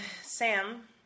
Sam